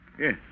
Yes